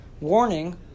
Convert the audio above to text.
warning